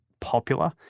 popular